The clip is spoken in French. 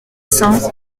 cents